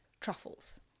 truffles